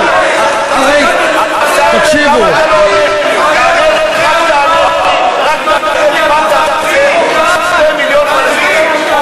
תעשה עם 2 מיליון פלסטינים?